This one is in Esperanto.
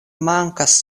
mankas